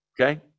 okay